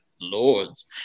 Lords